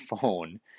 phone